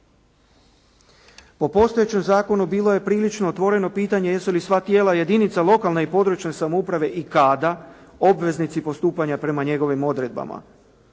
Po postojećem zakonu bilo je prilično otvoreno pitanje jesu li sva tijela jedinica lokalne i područne samouprave i kada obveznici postupanja prema njegovim odredbama?